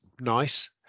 nice